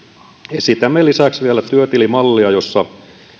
esitämme lisäksi vielä työtilimallia jossa